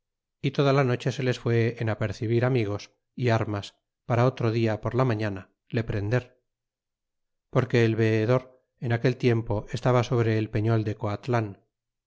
y toda la noche se les fué en apercebir amigos é armas para otro dia por la mañana le prender porque el veedor en aquel tiempo estaba sobre el peñol de coatlan